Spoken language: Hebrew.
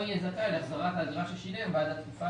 או יהיה זכאי להחזרת האגרה ששילם בעד התקופה